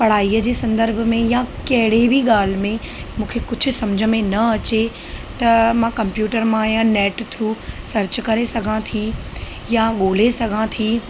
पढ़ाईअ जे संधर्ब में या कहिड़ी बि ॻाल्हि में मूंखे कुझु सम्झ में न अचे त मां कंप्यूटर मां या नेट थ्रू सर्च करे सघां थी या ॻोल्हे सघां थी